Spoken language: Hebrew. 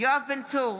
יואב בן צור,